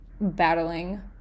battling